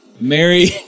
Mary